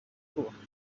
kutuba